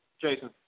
Jason